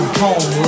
home